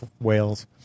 wales